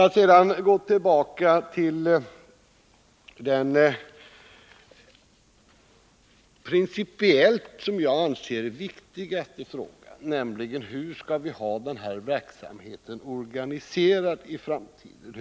Sedan vill jag gå tillbaka till den fråga som jag anser vara principiellt viktigast, nämligen hur vi skall ha den här verksamheten organiserad i framtiden.